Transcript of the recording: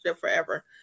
forever